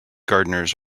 gardeners